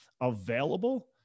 available